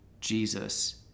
Jesus